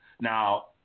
Now